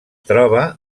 troba